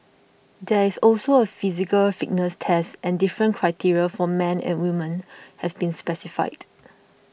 there is also a physical fitness test and different criteria for men and women have been specified